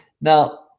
now